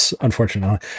unfortunately